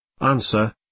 Answer